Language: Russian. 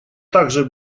также